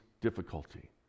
difficulty